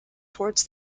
towards